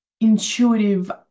intuitive